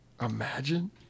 Imagine